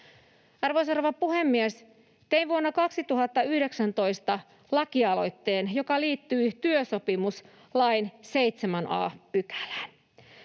Arvoisa rouva puhemies! Tein vuonna 2019 lakialoitteen, joka liittyy työsopimuslain 7 a §:ään.